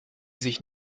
sich